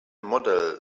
model